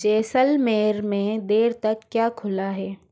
जैसलमेर में देर तक क्या खुला है